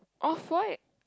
off white